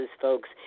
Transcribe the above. folks